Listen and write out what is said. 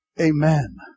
amen